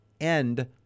end